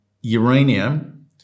uranium